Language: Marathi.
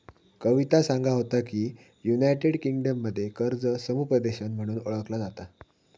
कविता सांगा होता की, युनायटेड किंगडममध्ये कर्ज समुपदेशन म्हणून ओळखला जाता